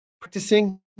practicing